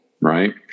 right